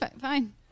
Fine